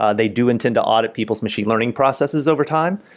ah they do intend to audit people's machine learning processes over time.